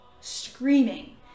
screaming